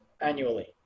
annually